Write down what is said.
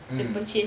mm